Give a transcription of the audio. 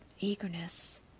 eagerness